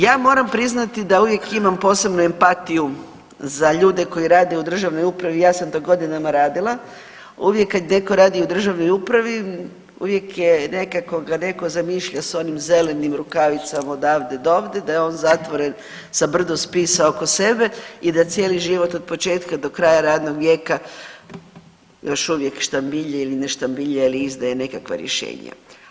Ja moram priznati da uvijek imam posebnu empatiju za ljude koji rade u državnoj upravi, ja sam to godinama radila, uvijek kad neko radi u državnoj upravi uvijek je nekako ga neko zamišlja s onim zelenim rukavicama odavde dovde da je on zatvoren sa brdo spisa oko sebe i da cijeli život od početka do kraja radnog vijeka još uvijek štambilja ili ne štambilja ili izdaje nekakva rješenja.